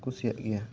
ᱠᱩᱥᱤᱭᱟᱜ ᱜᱮᱭᱟ